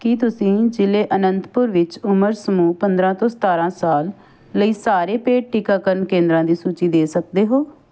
ਕੀ ਤੁਸੀਂ ਜ਼ਿਲ੍ਹੇ ਅਨੰਤਪੁਰ ਵਿੱਚ ਉਮਰ ਸਮੂਹ ਪੰਦਰ੍ਹਾਂ ਤੋਂ ਸਤਾਰ੍ਹਾਂ ਸਾਲ ਲਈ ਸਾਰੇ ਪੇਡ ਟੀਕਾਕਰਨ ਕੇਂਦਰਾਂ ਦੀ ਸੂਚੀ ਦੇ ਸਕਦੇ ਹੋ